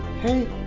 Hey